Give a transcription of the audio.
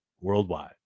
worldwide